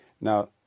now